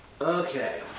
Okay